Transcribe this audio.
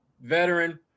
veteran